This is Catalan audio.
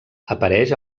apareix